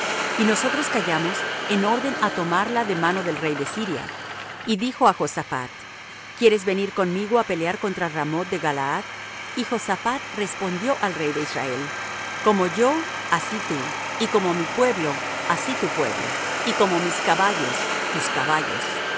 y nosotros callamos en orden á tomarla de mano del rey de siria y dijo á josaphat quieres venir conmigo á pelear contra ramoth de galaad y josaphat respondió al rey de israel como yo así tú y como mi pueblo así tu pueblo y como mis caballos tus caballos y